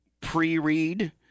pre-read